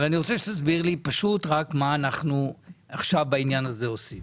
אבל אני רוצה שתסביר לי פשוט רק מה אנחנו עכשיו בעניין הזה עושים,